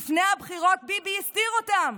לפני הבחירות ביבי הסתיר אותם,